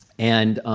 and